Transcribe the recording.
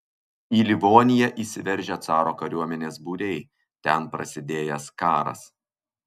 į livoniją įsiveržę caro kariuomenės būriai ten prasidėjęs karas